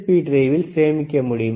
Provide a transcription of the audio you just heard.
B டிரைவில் சேமிக்க முடியும்